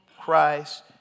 Christ